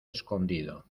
escondido